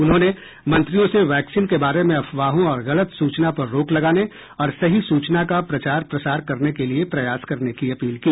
उन्होंने मंत्रियों से वैक्सीन के बारे में अफवाहों और गलत सूचना पर रोक लगाने और सही सूचना का प्रचार प्रसार करने के लिए प्रयास करने की अपील की